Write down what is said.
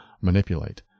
manipulate